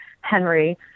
Henry